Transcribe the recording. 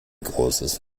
großes